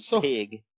Pig